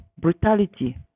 brutality